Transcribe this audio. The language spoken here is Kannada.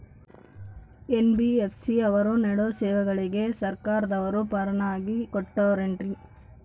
ಎನ್.ಬಿ.ಎಫ್.ಸಿ ಅವರು ನೇಡೋ ಸೇವೆಗಳಿಗೆ ಸರ್ಕಾರದವರು ಪರವಾನಗಿ ಕೊಟ್ಟಾರೇನ್ರಿ?